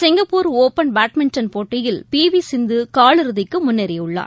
Singapore open badminton போட்டியில் பிவிசிந்துகால் இறுதிக்குமுன்னேறியுள்ளார்